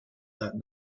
that